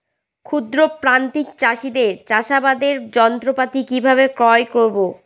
ক্ষুদ্র প্রান্তিক চাষীদের চাষাবাদের যন্ত্রপাতি কিভাবে ক্রয় করব?